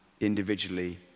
individually